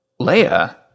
Leia